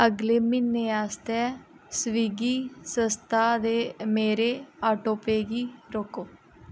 अगले म्हीने आस्तै स्विगी सदस्यता दे मेरे ऑटोपे गी रोको